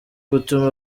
gutuma